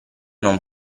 non